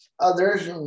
others